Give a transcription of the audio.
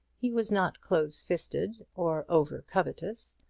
he was not close-fisted or over covetous.